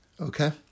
Okay